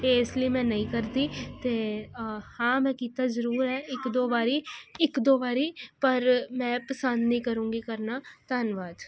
ਏਸ ਲਈ ਮੈਂ ਨਈਂ ਕਰਦੀ ਤੇ ਹਾਂ ਮੈਂ ਕੀਤਾ ਜਰੂਰ ਐ ਇੱਕ ਦੋ ਵਾਰੀ ਇੱਕ ਦੋ ਵਾਰੀ ਪਰ ਮੈਂ ਪਸੰਦ ਨਈਂ ਕਰੂੰਗੀ ਕਰਨਾ ਧੰਨਵਾਦ